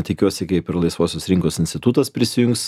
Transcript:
tikiuosi kaip ir laisvosios rinkos institutas prisijungs